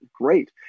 great